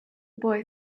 boy